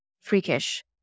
freakish